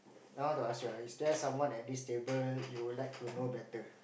now I want to ask you ah is there someone at this table you would like to know better